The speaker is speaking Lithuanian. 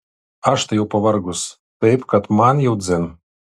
aš tai jau pavargus taip kad man jau dzin